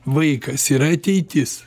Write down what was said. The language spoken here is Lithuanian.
vaikas yra ateitis